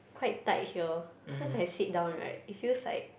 quite tight here so I sit down right it feels like